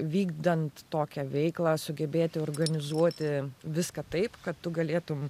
vykdant tokią veiklą sugebėti organizuoti viską taip kad tu galėtum